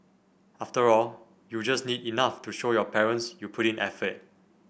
after all you just need enough to show your parents you put in effort